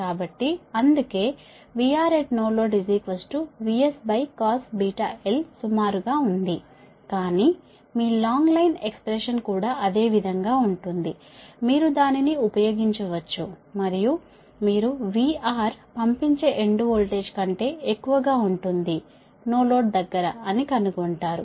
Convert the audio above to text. కాబట్టి అందుకే VRNL VScos సుమారుగా ఉంది కానీ మీ లాంగ్ లైన్ ఎక్స్ప్రెషన్ కూడా అదే విధంగా ఉంటుంది మీరు దానిని ఉపయోగించవచ్చు మరియు మీరు VR పంపించే ఎండ్ వోల్టేజ్ కంటే ఎక్కువగా ఉంటుంది నో లోడ్ దగ్గర అని కనుగొంటారు